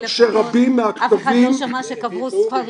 שרבים מהכתבים --- אף אחד לא שמע שקברו ספרים.